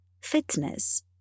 fitness